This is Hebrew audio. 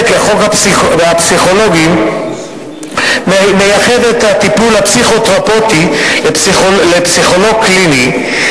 9(ב) לחוק הפסיכולוגים מייחד את הטיפול הפסיכותרפויטי לפסיכולוג קליני,